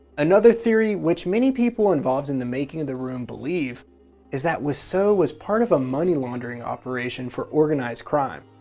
another theory which many people involved in the making of the room believe is that wiseau so was part of a money laundering operation for organized crime.